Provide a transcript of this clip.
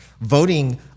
Voting